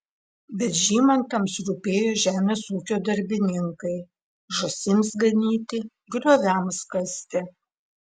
bet žymantams rūpėjo žemės ūkio darbininkai žąsims ganyti grioviams kasti